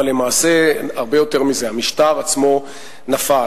אבל למעשה הרבה יותר מזה, המשטר עצמו נפל.